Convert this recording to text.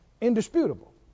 Indisputable